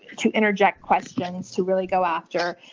to interject questions, to really go after.